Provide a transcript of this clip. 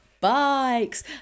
Bikes